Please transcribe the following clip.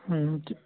हूं कित